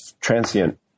transient